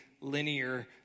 linear